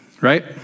right